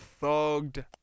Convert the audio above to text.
thugged